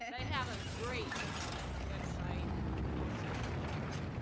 they have a great web site and you can also subscribe.